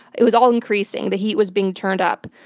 it was all increasing, the heat was being turned up.